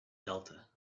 delta